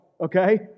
Okay